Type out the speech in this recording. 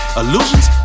illusions